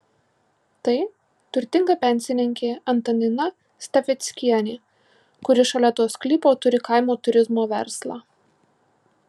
tai turtinga pensininkė antanina stafeckienė kuri šalia to sklypo turi kaimo turizmo verslą